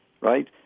right